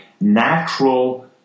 natural